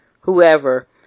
whoever